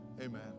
amen